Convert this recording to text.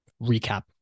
recap